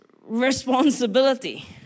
responsibility